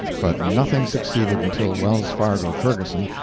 but nothing succeeded until wells-fargo ferguson,